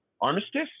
armistice